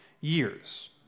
years